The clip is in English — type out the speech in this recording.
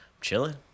chilling